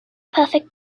perfect